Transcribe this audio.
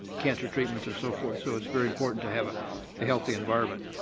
cancer treatments, and so forth, so it's very important to have a healthy environment.